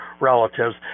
relatives